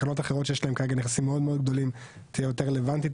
לקרנות אחרות שיש להן כרגע נכסים מאוד מאוד גדולים תהיה יותר רלוונטית,